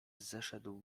zeszedł